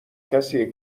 کسیه